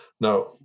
Now